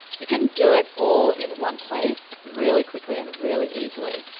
you can do it all in one place really quickly and really easily.